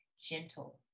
gentle